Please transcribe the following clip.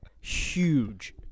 Huge